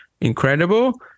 incredible